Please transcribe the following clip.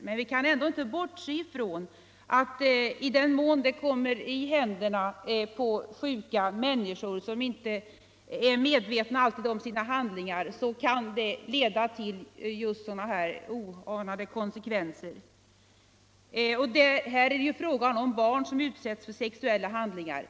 Men vi kan ändå inte bortse från att i den mån skrifter av det här slaget kommer i händerna på sjuka människor, som inte alltid är medvetna om sina handlingar, kan det bli just sådana här oanade konsekvenser. Det är ju fråga om barn som utsätts för sexuella handlingar.